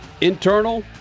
Internal